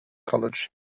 college